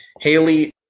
Haley